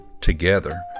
together